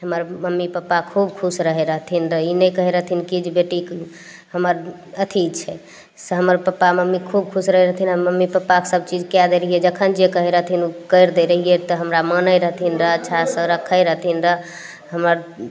हमर mummy papa खुब खुश रहय रहथिन रऽ ई नहि कहय रहथिन कि जे बेटीके हमर अथी छै से हमर पप्पा मम्मी खुब खुश रहय रहथिन हम मम्मी पप्पाके सबचीज कए देलियै जखन जे कहय रहथिन उ करि दै रहियै तऽ हमरा मानय रहथिन रऽ अच्छासँ रखय रहथिन रऽ हमर